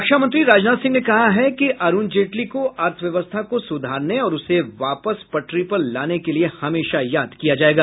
रक्षा मंत्री राजनाथ सिंह ने कहा कि अरूण जेटली को अर्थव्यवस्था को सुधारने और उसे वापस पटरी पर लाने के लिए हमेशा याद किया जायेगा